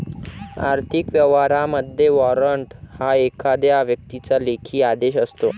आर्थिक व्यवहारांमध्ये, वॉरंट हा एखाद्या व्यक्तीचा लेखी आदेश असतो